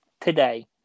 today